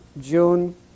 June